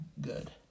good